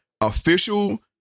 official